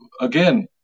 again